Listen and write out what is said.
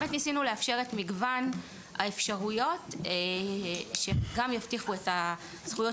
ניסינו לאפשר את מגוון האפשרויות שגם יבטיחו את הזכויות